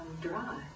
dry